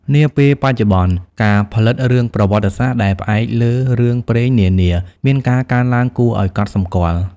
នាពេលបច្ចុប្បន្ន ការផលិតរឿងប្រវត្តិសាស្ត្រ ដែលផ្អែកលើរឿងព្រេងនានា មានការកើនឡើងគួរឲ្យកត់សម្គាល់។